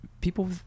people